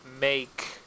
make